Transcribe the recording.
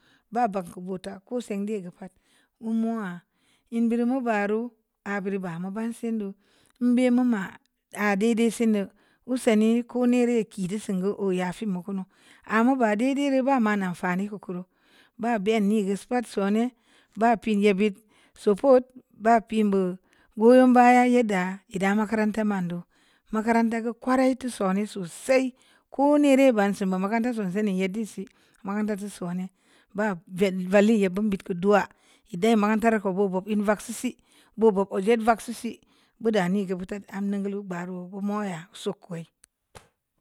Ba banku’ buta ko’ sendi gə pat əm mua mbe reu mu bareu a’ buru bamu ban sindu mbe mu mu a de'de’ sania'k usaini ko'o’ ne're ki do sungu koya fiim kunu ama ba de'de’ reu ba mana fani kukureu ba be'ni gə sport sone ba pi ye bi support ba pin bu gwun ba ye'ddə e'e’ da makaranta man do makaranta ku’ kwa rae ta sone sosai ko ne’ reu bansi makaranta sonzə ni yedi si makarantu sone ba vel velia bun bat kun du'a e’ de’ makaranta ko’ bo vuk e'e va'ak si bo'bok ode vak sisi hug da ni am nneŋ guloo’ ba reu əm moo’ a suk kwai.